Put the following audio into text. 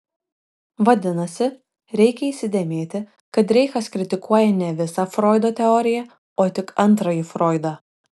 vadinasi reikia įsidėmėti kad reichas kritikuoja ne visą froido teoriją o tik antrąjį froidą